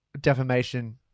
defamation